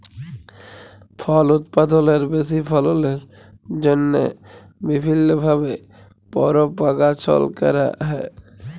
ফল উৎপাদলের বেশি ফললের জ্যনহে বিভিল্ল্য ভাবে পরপাগাশল ক্যরা হ্যয়